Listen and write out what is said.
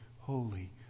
holy